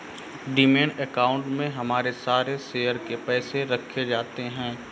demat account में हमारे सारे शेयर के पैसे रखे जाते हैं